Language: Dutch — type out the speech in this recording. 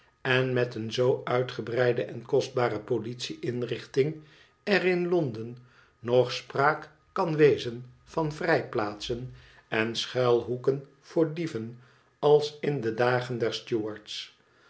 en met een zoo uitgebreide en kostbare politie inrichting er in londen nog spraak kan wezen van vrijplaatsen en schuil hoeken voor dieven als in de dagen der stuarts